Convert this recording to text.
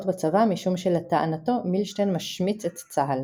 בצבא משום שלטענתו מילשטיין משמיץ את צה"ל.